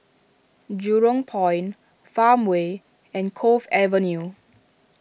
Jurong Point Farmway and Cove Avenue